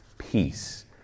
Peace